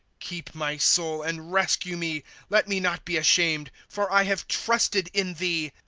keep my soul, and rescue me let me not be ashamed, for i have trusted in thee.